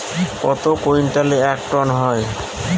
কত কুইন্টালে এক টন হয়?